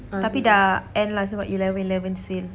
tapi sudah end lah sebab eleven eleven sale